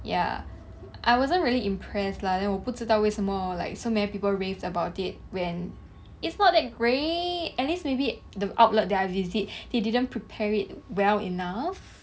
ya I wasn't really impressed lah then 我不知道为什么 like so many people raved about it when it's not that great at least maybe the outlet that I visit they didn't prepare it well enough